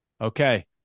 Okay